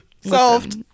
solved